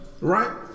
right